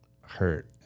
hurt